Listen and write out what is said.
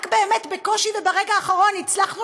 רק באמת בקושי וברגע האחרון הצלחנו